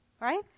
right